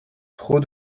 trop